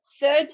third